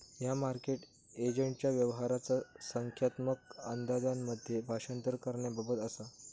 ह्या मार्केट एजंटच्या व्यवहाराचा संख्यात्मक अंदाजांमध्ये भाषांतर करण्याबाबत असा